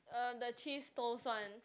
uh the cheese toast one